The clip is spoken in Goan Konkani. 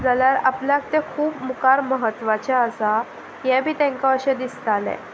जाल्यार आपल्याक ते खूब मुखार महत्वाचें आसा हें बी तांकां अशें दिसतालें